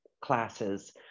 classes